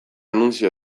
nuncio